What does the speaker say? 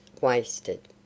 wasted